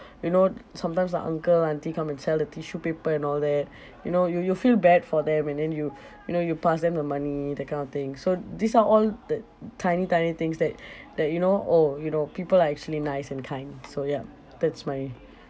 you know sometimes the uncle auntie come and sell the tissue paper and all that you know you you feel bad for them and then you you know you pass them the money that kind of thing so these are all the tiny tiny things that that you know oh you know people are actually nice and kind so ya that's my